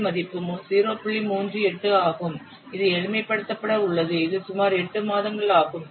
38 ஆகும் இது எளிமைப்படுத்தப்பட உள்ளது இது சுமார் 8 மாதங்கள் ஆகும்